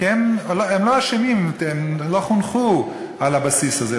הם לא אשמים, הם לא חונכו על הבסיס הזה.